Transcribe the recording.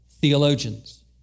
theologians